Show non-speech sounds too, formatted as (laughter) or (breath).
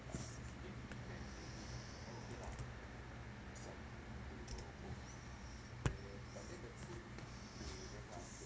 (breath)